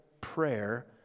prayer